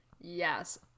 Yes